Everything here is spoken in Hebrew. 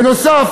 בנוסף,